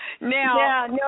now